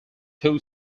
two